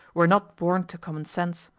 we are not born to common sense.